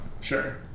Sure